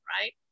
right